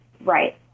Right